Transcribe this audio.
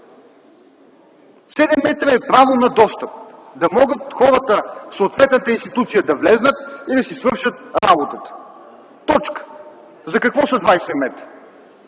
метра е право на достъп, за да могат хората в съответната институция да влезнат и да си свършат работата. За какво са двадесет